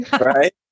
Right